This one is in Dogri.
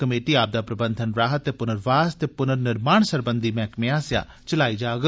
कमेटी आपदा प्रबंधन राह्त ते पुर्नवास ते पुर्ननिर्माण सरबंधी मैह्कमे आस्सेआ चलाई जाग